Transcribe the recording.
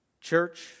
Church